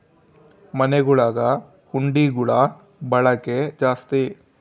ಮನೆಗುಳಗ ಹುಂಡಿಗುಳ ಬಳಕೆ ಜಾಸ್ತಿ